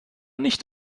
nicht